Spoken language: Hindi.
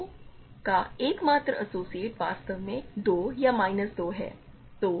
2 का एकमात्र एसोसिएट वास्तव में 2 या माइनस 2 है